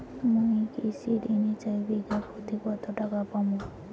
মুই কৃষি ঋণ হিসাবে বিঘা প্রতি কতো টাকা পাম?